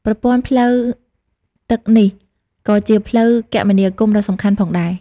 ប្រព័ន្ធផ្លូវទឹកនេះក៏ជាផ្លូវគមនាគមន៍ដ៏សំខាន់ផងដែរ។